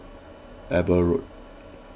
Eber Road